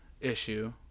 issue